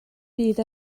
byd